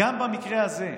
גם במקרה הזה,